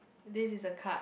this is a card